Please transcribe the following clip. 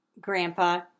Grandpa